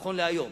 נכון להיום.